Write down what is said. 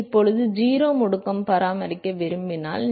இப்போது நீங்கள் 0 முடுக்கம் பராமரிக்க விரும்பினால் இது